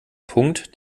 punkt